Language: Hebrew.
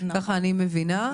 ככה אני מבינה.